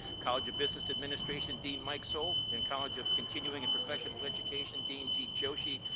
college of business administration, dean mike solt, and college of continuing and professional education, dean jeet joshee,